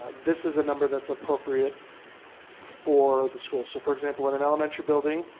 this is a number that's appropriate for the school. so for example, in an elementary building,